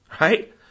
right